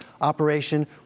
operation